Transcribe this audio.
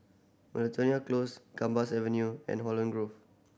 Miltonia Close Gambas Avenue and Holland Grove